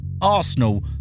Arsenal